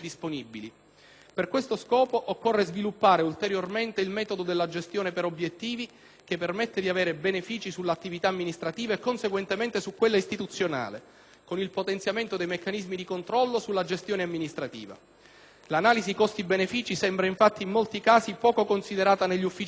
Per questo scopo occorre sviluppare ulteriormente il metodo della gestione per obiettivi che permette di avere benefici sull'attività amministrativa e conseguentemente su quella istituzionale, con il potenziamento dei meccanismi di controllo sulla gestione amministrativa. L'analisi costi-benefìci sembra, infatti, in molti casi, poco considerata negli uffici giudiziari.